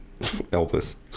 Elvis